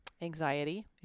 anxiety